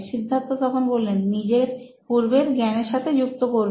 সিদ্ধার্থ নিজের পূর্বের জ্ঞান এর সাথে যুক্ত করবে